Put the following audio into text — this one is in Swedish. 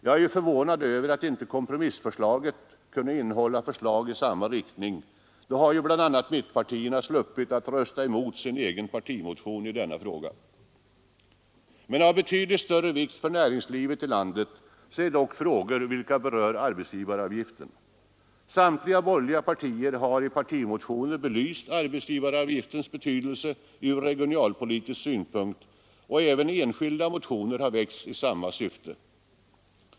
Jag är förvånad över att inte kompromissförslaget kunde innehålla förslag i samma riktning. Då hade bl.a. mittenpartierna sluppit att rösta emot sin egen partimotion i denna fråga. Av betydligt större vikt för näringslivet i landet är dock de frågor som berör arbetsgivaravgiften. Samtliga borgerliga partier har i partimotioner belyst arbetsgivaravgiftens betydelse ur regionalpolitisk synpunkt, och även enskilda motioner har väckts i samma syfte.